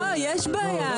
לא, יש בעיה.